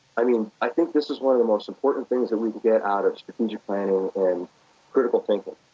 i mean i think this is one of the most important things that we can get out of strategic planning and critical thinking.